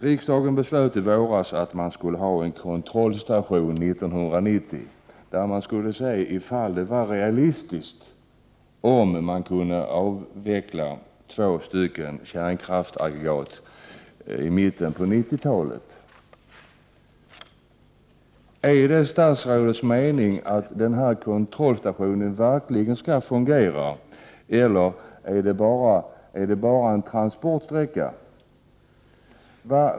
Riksdagen beslöt i våras att man 1990 skulle ha en kontrollstation, där man skulle undersöka om det var realistiskt att avveckla två kärnkraftsaggregat i mitten av 1990-talet. Är det statsrådets mening att kontrollstationen verkligen skall fungera eller är det bara en transportsträcka?